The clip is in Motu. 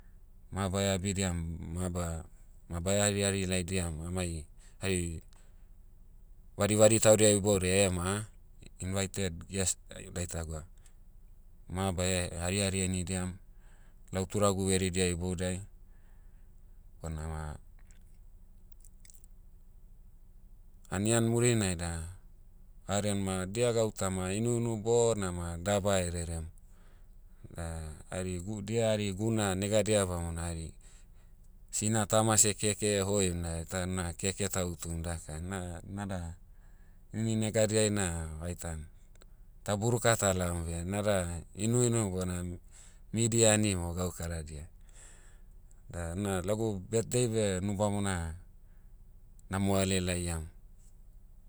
Ma baia abidiam, maba- ma baia harihari laidiam amai hari, vadivadi taudia iboudiai ema ah, invited guest ai- daitagwa, ma baia harihari henidiam, lau turagu veridia iboudai. Bonama, anian murinai da, vaden ma dia gautama inuinu bona ma daba rerem. Da hari gu- dia hari guna negadia bamona hari, sina tama seh keke ehoim da ta na keke ta'utum daka na- nada, ini negadiai na vaitan, ta buruka talaom beh nada, inuinu bona, midi ani mo gaukaradia. Da na lagu birthday beh nubamona, na moale laiam.